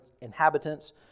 inhabitants